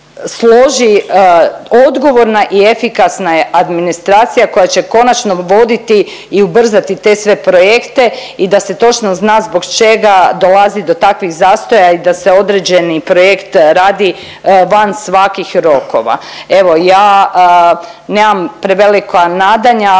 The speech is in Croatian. odgovorna i efikasna administracija koja će konačno voditi i ubrzati te sve projekte i da se točno zna zbog čega dolazi do takvih zastoja i da se određeni projekt radi van svakih rokova. Evo, ja nemam prevelika nadanja,